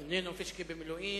איננו "פישקה במילואים".